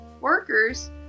workers